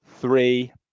three